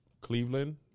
Cleveland